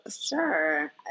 Sure